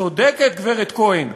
צודקת גברת כהן.